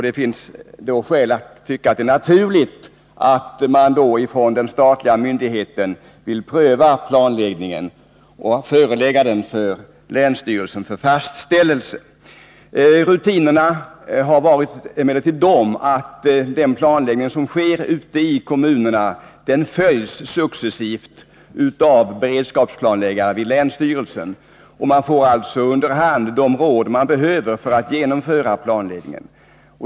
Det finns då skäl att hävda att det är naturligt att den statliga myndigheten vill pröva planläggningen och förelägga den för länsstyrelsen för fastställelse. Rutinerna har emellertid varit sådana att den planläggning som sker i kommunerna successivt följs av beredskapsplanläggare vid länsstyrelsen. Man får alltså under hand de råd man behöver för att genomföra planläggningen.